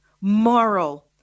moral